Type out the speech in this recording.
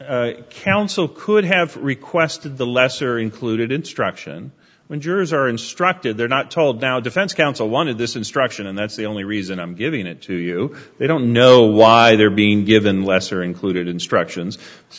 that counsel could have requested the lesser included instruction when jurors are instructed they're not told now defense counsel wanted this instruction and that's the only reason i'm giving it to you they don't know why they're being given lesser included instructions